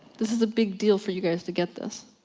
this is a big deal for you guys to get this.